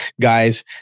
guys